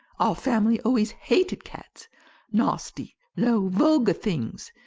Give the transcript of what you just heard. our family always hated cats nasty, low, vulgar things!